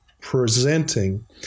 presenting